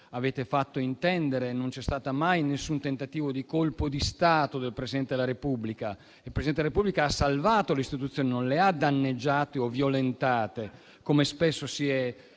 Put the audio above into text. avete fatto intendere. Non c'è stato mai alcun tentativo di colpo di Stato da parte del Presidente della Repubblica, che ha salvato le istituzioni, non le ha danneggiate o violentate, come spesso si è